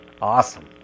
Awesome